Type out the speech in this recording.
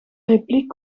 repliek